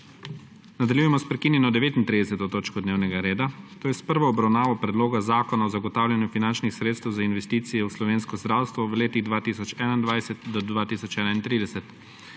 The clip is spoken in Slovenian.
Nadaljujemo s prekinjeno 39. točko dnevnega reda, to je s prvo obravnavo Predloga zakona o zagotavljanju finančnih sredstev za investicije v slovensko zdravstvo v letih od 2021 do 2031.